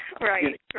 Right